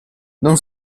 non